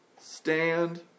stand